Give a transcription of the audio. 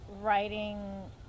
Writing